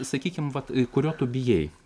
sakykim vat kurio tu bijai